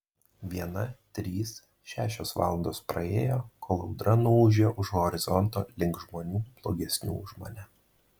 viena trys šešios valandos praėjo kol audra nuūžė už horizonto link žmonių blogesnių už mane